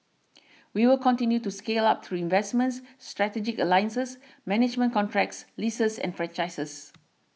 we will continue to scale up through investments strategic alliances management contracts leases and franchises